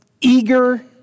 eager